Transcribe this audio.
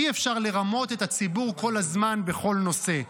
אי-אפשר לרמות את הציבור כל הזמן בכל נושא.